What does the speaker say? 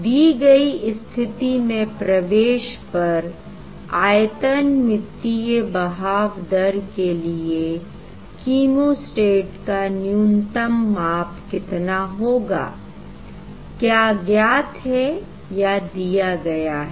दिए गई स्थिति में प्रवेश पर आयतनमीतीय बहाव दर के लिए कीमोस्टेट का न्यूनतम माप कितना होगा I क्या ज्ञात है या दिया गया है